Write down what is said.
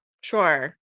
sure